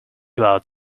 about